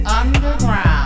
underground